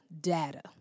data